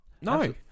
No